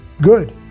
good